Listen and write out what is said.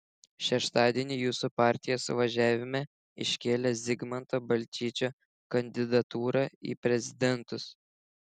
šeštadienį jūsų partija suvažiavime iškėlė zigmanto balčyčio kandidatūrą į prezidentus